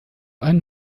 einen